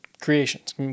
creations